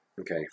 Okay